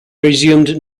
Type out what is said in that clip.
resumed